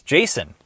Jason